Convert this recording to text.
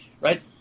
right